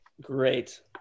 Great